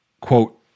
quote